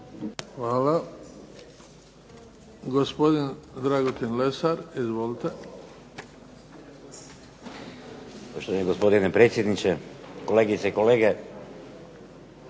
Hvala. Gospodin Dragutin Lesar. Izvolite.